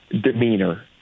demeanor